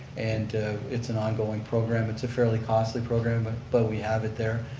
and it's an ongoing program. it's a fairly costly program, but but we have it there.